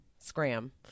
scram